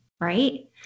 right